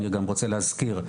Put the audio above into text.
אני גם רוצה להזכיר,